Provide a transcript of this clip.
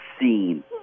seen